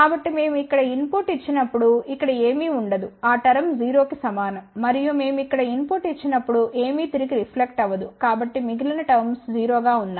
కాబట్టి మేము ఇక్కడ ఇన్ పుట్ ఇచ్చినప్పుడు ఇక్కడ ఏమీ ఉండదు ఆ టర్మ్ 0 కి సమానం మరియు మేము ఇక్కడ ఇన్ పుట్ ఇచ్చినప్పుడు ఏమీ తిరిగి రిఫ్లెక్ట్ అవదు కాబట్టి మిగిలిన టర్మ్స్ 0 గా ఉన్నాయి